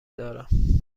دارم